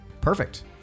Perfect